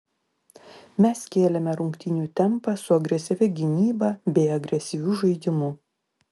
mes kėlėme rungtynių tempą su agresyvia gynyba bei agresyviu žaidimu